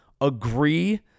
agree